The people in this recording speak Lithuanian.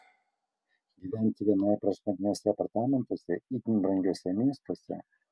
gyventi vienai prašmatniuose apartamentuose itin brangiuose miestuose